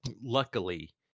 luckily